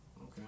Okay